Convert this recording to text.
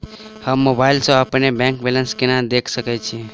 हम मोबाइल सा अपने बैंक बैलेंस केना देख सकैत छी?